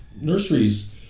Nurseries